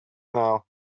now